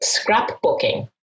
scrapbooking